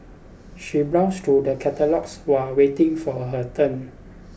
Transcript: she browsed through the catalogues while waiting for her turn